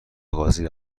قاضی